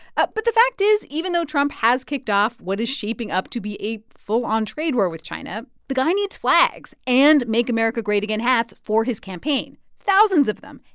but the fact is, even though trump has kicked off what is shaping up to be a full-on trade war with china, the guy needs flags and make america great again hats for his campaign thousands of them.